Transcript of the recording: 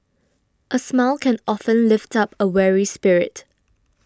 a smile can often lift up a weary spirit